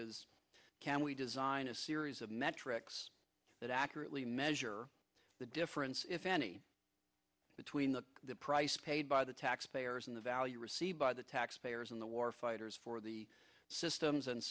is can we design a series of metrics that accurately measure the difference if any between the price paid by the taxpayers and the value received by the taxpayers in the war fighters for the systems and